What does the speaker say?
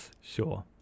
sure